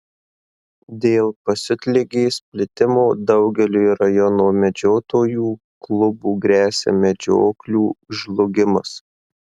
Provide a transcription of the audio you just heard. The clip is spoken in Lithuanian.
dėl pasiutligės plitimo daugeliui rajono medžiotojų klubų gresia medžioklių žlugimas